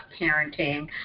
Parenting